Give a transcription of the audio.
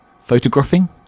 photographing